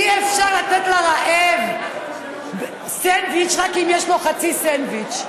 אי-אפשר לתת לרעב סנדוויץ' רק אם יש לו חצי סנדוויץ'.